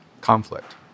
conflict